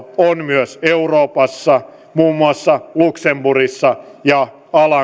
myös euroopassa muun muassa luxemburgissa ja